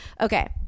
Okay